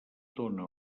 dóna